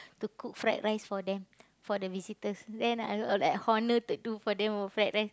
to cook fried-rice for them for the visitors then I was like honoured to do for them fried-rice